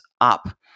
up